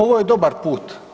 Ovo je dobar put.